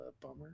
bummer